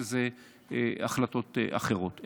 שזה החלטות אחרות.